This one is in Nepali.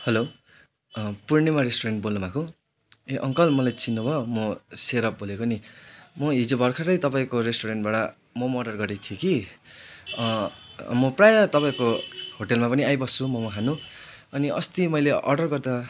हेलो पूर्णिमा रेस्टुरेन्ट बोल्नु भएको हो ए अङ्कल मलाई चिन्नुभयो म सेरप बोलेको नि म हिजो भर्खरै तपाईँको रेस्टुरेन्टबाड मोमो अर्डर गरेको थिएँ कि म प्रायः तपाईँको होटेलमा पनि आइबस्छु मोमो खानु अनि अस्ति मैले अर्डर गर्दा